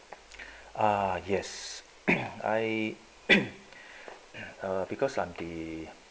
ah yes I because uh I am the